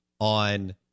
on